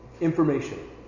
information